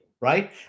right